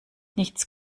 nichts